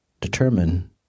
determine